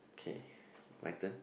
okay my turn